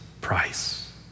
price